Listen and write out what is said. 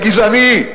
הגזעני,